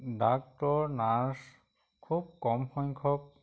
doctor nurse খুব কম সংখ্যক